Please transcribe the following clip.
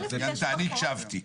היא ענתה, אני הקשבתי.